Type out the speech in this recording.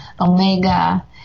Omega